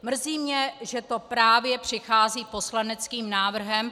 Mrzí mě, že to právě přichází poslaneckým návrhem.